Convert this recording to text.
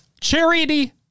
charity